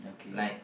like